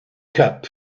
cup